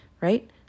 right